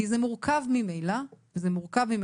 זה ממילא מורכב.